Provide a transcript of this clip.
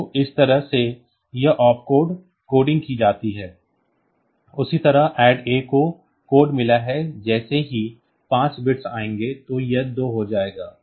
तो इस तरह से यह ऑप कोड कोडिंग की जाती है उसी तरह ADD A को कोड मिला है जैसे ही 5 बिट्स आएंगे और यह 2 हो जाएगा